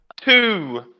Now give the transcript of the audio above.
Two